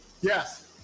yes